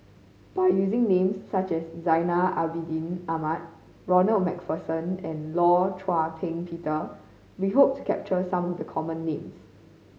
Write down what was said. by using names such as Zainal Abidin Ahmad Ronald Macpherson and Law Shau Ping Peter we hope to capture some of the common names